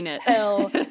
hell